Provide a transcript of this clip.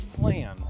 plan